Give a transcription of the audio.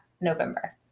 November